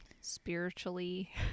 spiritually